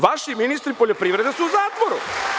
Vaši ministri poljoprivrede su u zatvoru.